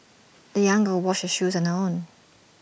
the young girl washed her shoes on her own